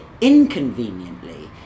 inconveniently